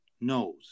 knows